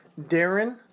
Darren